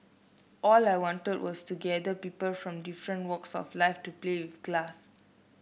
all I wanted was to gather people from different walks of life to play with glass